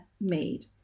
made